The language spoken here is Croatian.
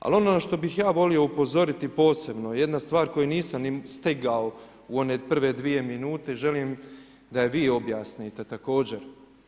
Ali ono što bih ja volio upozoriti posebno je jedna stvar koju nisam ni stigao u one prve dvije minute, želim da je vi objasnite također.